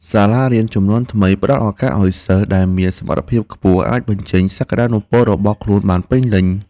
សាលារៀនជំនាន់ថ្មីផ្តល់ឱកាសឱ្យសិស្សដែលមានសមត្ថភាពខ្ពស់អាចបញ្ចេញសក្តានុពលរបស់ខ្លួនបានពេញលេញ។